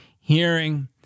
hearing